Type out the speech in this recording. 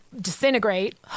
disintegrate